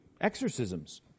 exorcisms